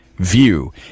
View